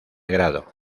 grado